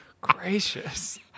Gracious